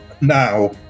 Now